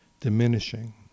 diminishing